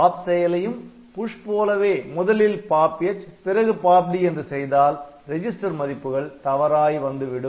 pop செயலையும் push போலவே முதலில் POP H பிறகு POP D என்று செய்தால் ரிஜிஸ்டர் மதிப்புகள் தவறாய் வந்துவிடும்